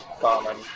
common